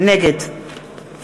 נגד